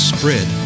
Spread